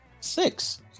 six